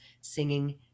singing